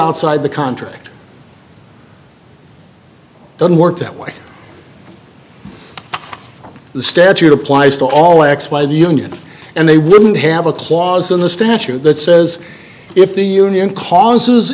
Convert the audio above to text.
outside the contract doesn't work that way the statute applies to all x y the union and they wouldn't have a clause in the statute that says if the union causes